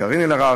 קארין אלהרר,